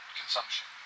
consumption